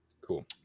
Cool